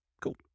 Cool